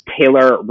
Taylor